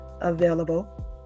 available